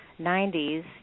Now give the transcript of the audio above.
90s